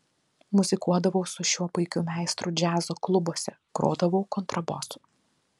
muzikuodavau su šiuo puikiu meistru džiazo klubuose grodavau kontrabosu